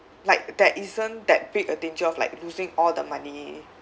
like there isn't that big a danger of like losing all the money